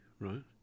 right